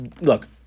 Look